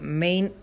main